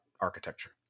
architecture